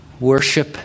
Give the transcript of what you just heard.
worship